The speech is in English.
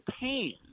pain—